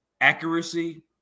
accuracy